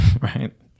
right